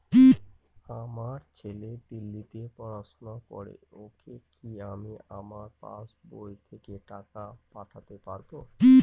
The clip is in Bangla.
আমার ছেলে দিল্লীতে পড়াশোনা করে ওকে কি আমি আমার পাসবই থেকে টাকা পাঠাতে পারব?